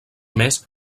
més